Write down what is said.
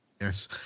Yes